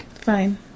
Fine